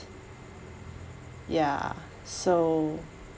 ya so